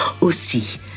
aussi